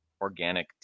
organic